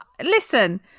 listen